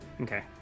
Okay